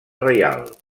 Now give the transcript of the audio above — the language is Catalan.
reial